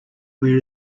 where